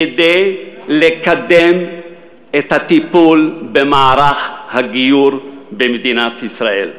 כדי לקדם את הטיפול במערך הגיור במדינת ישראל.